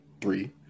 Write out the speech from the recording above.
three